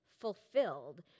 fulfilled